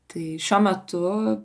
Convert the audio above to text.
tai šiuo metu